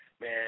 man